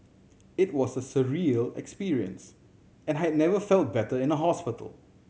it was a surreal experience and I had never felt better in a hospital